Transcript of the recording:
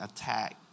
attacked